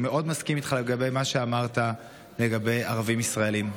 מאוד מסכים איתך, עם מה שאמרת לגבי ערבים ישראלים.